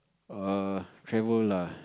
err travel lah